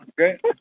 okay